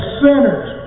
sinners